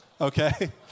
okay